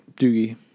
Doogie